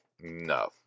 no